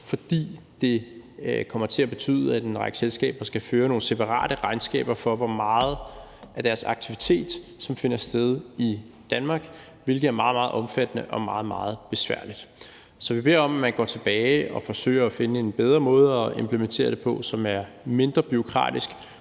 fordi det kommer til at betyde, at en række selskaber skal føre nogle separate regnskaber for, hvor meget af deres aktivitet som finder sted i Danmark, hvilket er meget, meget omfattende og meget, meget besværligt. Så vi beder om, at man går tilbage og forsøger at finde en bedre måde at implementere det på, som er mindre bureaukratisk,